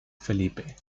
felipe